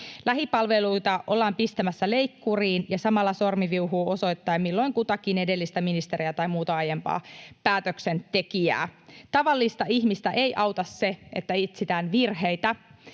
Lähipalveluita ollaan pistämässä leikkuriin, ja samalla sormi viuhuu osoittaen milloin ketäkin edellistä ministeriä tai muuta aiempaa päätöksentekijää. Tavallista ihmistä ei auta se, että etsitään virheitä.